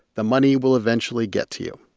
the money will eventually get to you